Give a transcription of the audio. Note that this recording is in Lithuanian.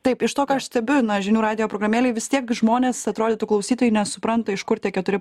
taip iš to ką aš stebiu na žinių radijo programėlėj vis tiek žmonės atrodytų klausytojai nesupranta iš kur tie keturi